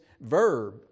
verb